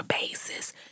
basis